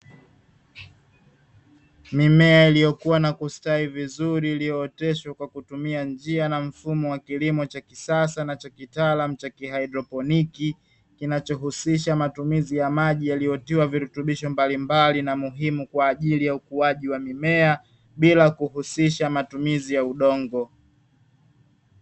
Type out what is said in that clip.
Mimea iliyokua na kustawi vizuri iliyooteshwa kwa kutumia njia na mfumo wa kilimo cha kisasa na cha kitaalamu cha kihaidroponi, kinacho husisha matumizi ya maji yaliyotiwa virutubisho mbalimbali na muhimu, kwa ajili ya ukuaji wa mimea bila kuhusisha matumizi ya udongo.